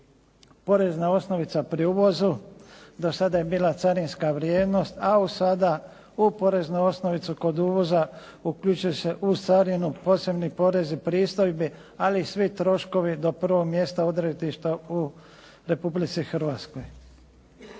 Porezna osnovica pri uvozu do sada je bila carinska vrijednost a od sada u poreznu osnovicu kod uvoza uključuje se uz carinu posebni porezi, pristojbi ali i svi troškovi do prvog mjesta odredišta u Republici Hrvatskoj.